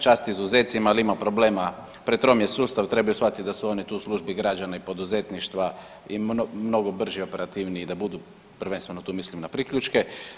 Čast izuzecima, ali ima problema, pretrom je sustav, trebaju shvatiti da su oni tu u službi građana i poduzetništva i mnogo brži, operativniji da budu, prvenstveno tu mislim na priključke.